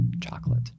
chocolate